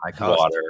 water